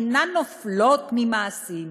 אינן נופלות ממעשים.